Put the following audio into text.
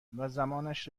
زمانش